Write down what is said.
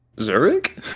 Zurich